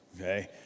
okay